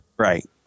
Right